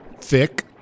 Thick